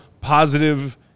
positive